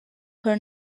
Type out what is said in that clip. her